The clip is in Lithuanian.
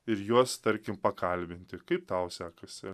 ir juos tarkim pakalbinti kaip tau sekasi